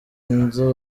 inzu